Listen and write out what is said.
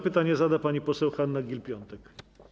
Pytanie zada pani poseł Hanna Gill-Piątek.